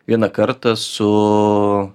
vieną kartą su